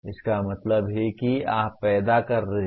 इसका मतलब है कि आप पैदा कर रहे हैं